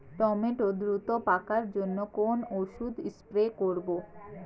Tomato দ্রুত পাকার জন্য কোন ওষুধ স্প্রে করব?